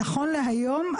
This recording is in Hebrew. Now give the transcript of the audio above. נכון להיום,